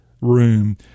room